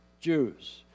Jews